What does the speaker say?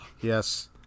yes